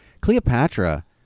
Cleopatra